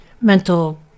mental